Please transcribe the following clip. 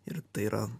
ir tai yra